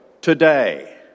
today